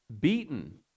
Beaten